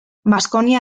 baskonia